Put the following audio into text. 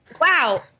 wow